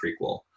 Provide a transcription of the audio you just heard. prequel